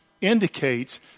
indicates